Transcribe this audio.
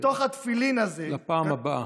לפעם הבאה.